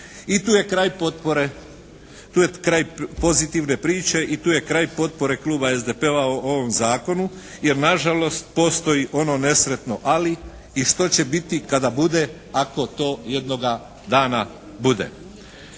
I tu je kraj potpore. Tu je kraj pozitivne priče i tu je kraj potpore Kluba SDP-a o ovom zakonu jer na žalost postoji ono nesretno ali i što će biti kada bude ako to jednoga dana bude.